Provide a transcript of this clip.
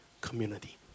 community